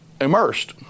immersed